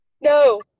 No